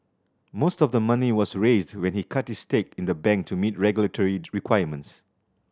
most of the money was raised when he cut his stake in the bank to meet regulatory requirements